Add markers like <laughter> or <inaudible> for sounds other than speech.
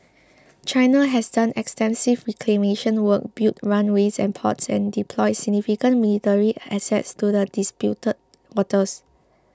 <noise> China has done extensive reclamation work built runways and ports and deployed significant military assets to the disputed waters